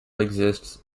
exists